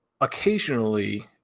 occasionally